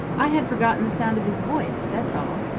i had forgotten the sound of his voice, that's all.